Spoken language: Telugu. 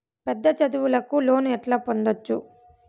పెద్ద చదువులకు లోను ఎట్లా పొందొచ్చు